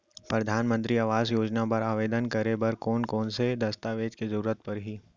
परधानमंतरी आवास योजना बर आवेदन करे बर कोन कोन से दस्तावेज के जरूरत परही?